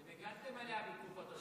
אתם הגנתם עליה בתקופתו.